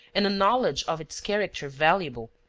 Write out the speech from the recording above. and a knowledge of its character valuable,